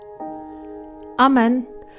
Amen